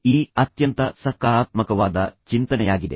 ಈ ಅತ್ಯಂತ ಸಕಾರಾತ್ಮಕವಾದ ಚಿಂತನೆಯಾಗಿದೆ